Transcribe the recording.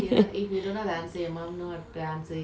but the thing is she's just guessing answer